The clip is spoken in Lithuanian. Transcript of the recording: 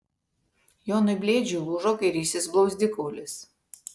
jonui blėdžiui lūžo kairysis blauzdikaulis